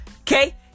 Okay